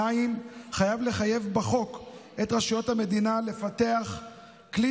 2. חייבים לחייב בחוק את רשויות המדינה לפתח כלי